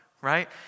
right